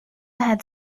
had